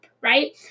right